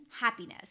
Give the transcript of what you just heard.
happiness